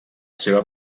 seva